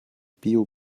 bio